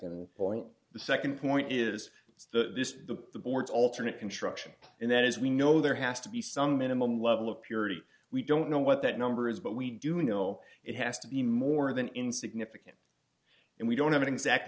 point the nd point is it's the board's alternate construction and that is we know there has to be some minimum level of purity we don't know what that number is but we do know it has to be more than in significant and we don't have an exact